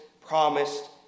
promised